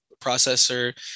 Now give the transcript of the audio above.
processor